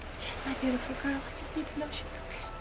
my beautiful girl. i just need to know she's